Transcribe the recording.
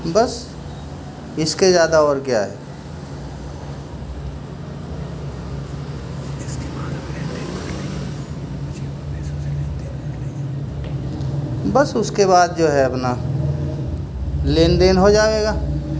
بس اس کے زیادہ اور کیا ہے بس اس کے بعد جو ہے اپنا لین دین ہو جائے گا